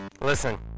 listen